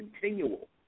continual